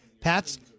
Pats